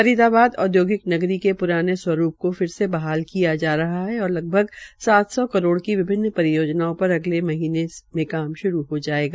फरीदाबाद औद्योगिक नगरी के प्राने स्वरूप को फिर से बहाल किया जा रहा है और लगभग सात सौ करोड़ की विभिन्न परियोजनाओं पर अगले एक महीने में काम शुरू हो जायेगा